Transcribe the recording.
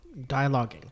dialoguing